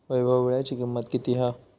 वैभव वीळ्याची किंमत किती हा?